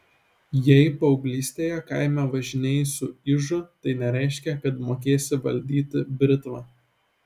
jei paauglystėje kaime važinėjai su ižu tai nereiškia kad mokėsi valdyti britvą